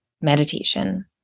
meditation